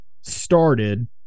started